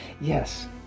Yes